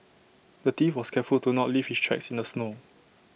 the thief was careful to not leave his tracks in the snow